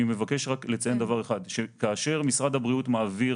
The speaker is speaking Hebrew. אני מבקש רק לציין דבר אחד: כאשר משרד הבריאות מעביר